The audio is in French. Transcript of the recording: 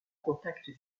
contact